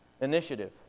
initiative